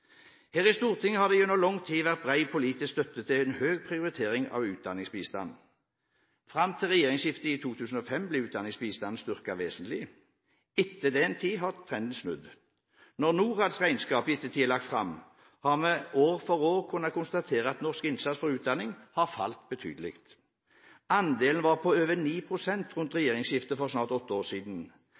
Her i Stortinget har det gjennom lang tid vært bred politisk støtte til en høy prioritering av utdanningsbistand. Fram til regjeringsskiftet i 2005 ble utdanningsbistanden styrket vesentlig. Etter den tid har trenden snudd. Når Norads regnskaper i ettertid er lagt fram, har vi år for år kunnet konstatere at norsk innsats for utdanning har falt betydelig. Andelen var på over 9 pst. ved regjeringsskiftet for snart åtte år siden.